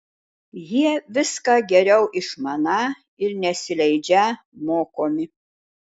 jie viską geriau išmaną ir nesileidžią mokomi